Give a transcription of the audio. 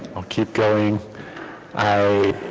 i'll keep going i